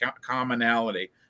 commonality